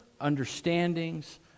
understandings